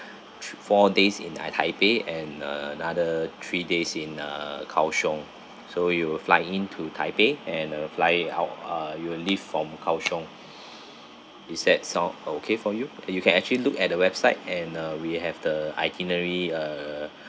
thr~ four days in the ai~ taipei and uh another three days in uh kaohsiung so you will fly in to taipei and uh fly out uh you will leave from kaohsiung is that sound okay for you and you can actually look at the website and uh we have the itinerary uh